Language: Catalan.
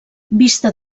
vista